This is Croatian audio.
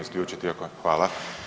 isključit, hvala.